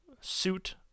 suit